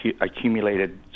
accumulated